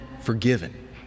forgiven